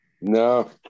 no